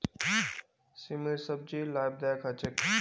सेमेर सब्जी लाभदायक ह छेक